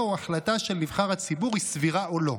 או החלטה של נבחר הציבור היא סבירה או לא.